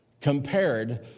compared